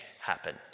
happen